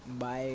Bye